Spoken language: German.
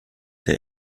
der